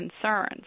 concerns